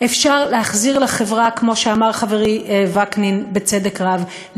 והוא כבר מתאר תמונת מצב הרבה פחות קיצונית.